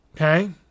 okay